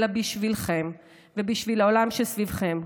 אלא בשבילכם ובשביל העולם שסביבכם,